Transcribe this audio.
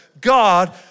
God